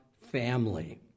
family